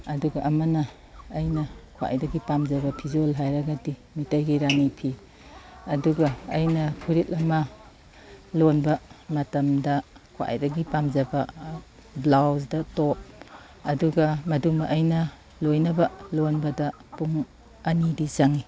ꯑꯗꯨꯒ ꯑꯃꯅ ꯑꯩꯅ ꯈ꯭ꯋꯥꯏꯗꯒꯤ ꯄꯥꯝꯖꯕ ꯐꯤꯖꯣꯜ ꯍꯥꯏꯔꯒꯗꯤ ꯃꯩꯇꯩꯒꯤ ꯔꯥꯅꯤ ꯐꯤ ꯑꯗꯨꯒ ꯑꯩꯅ ꯐꯨꯔꯤꯠ ꯑꯃ ꯂꯣꯟꯕ ꯃꯇꯝꯗ ꯈ꯭ꯋꯥꯏꯗꯒꯤ ꯄꯥꯝꯖꯕ ꯕ꯭ꯂꯥꯎꯁꯗ ꯇꯣꯞ ꯑꯗꯨꯒ ꯃꯗꯨꯃ ꯑꯩꯅ ꯂꯣꯏꯅꯕ ꯂꯣꯟꯕꯗ ꯄꯨꯡ ꯑꯅꯤꯗꯤ ꯆꯪꯏ